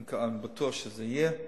אני בטוח שזה יהיה.